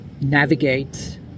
navigate